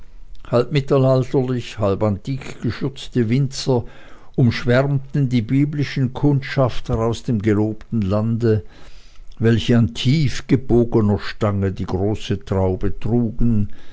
halb mittelalterlich halb antik geschürzte winzer umschwärmten die biblischen kundschafter aus dem gelobten lande welche an tiefgebogener stange die große traube trugen